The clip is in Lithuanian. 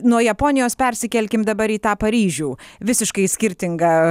nuo japonijos persikelkim dabar į tą paryžių visiškai skirtinga